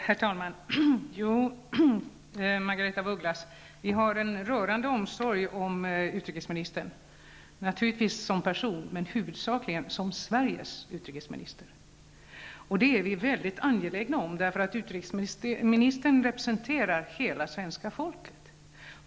Herr talman! Vi har en rörande omsorg, Margaretha af Ugglas, om utrikesministern, naturligtvis såsom person men huvudsakligen såsom Sveriges utrikesminister. Det är vi väldigt angelägna om, för utrikesministern representerar svenska folket.